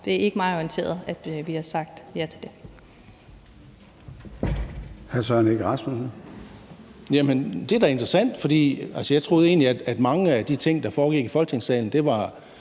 Jeg er ikke blevet orienteret om, at vi har sagt ja til det.